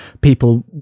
People